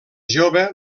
jove